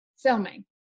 filming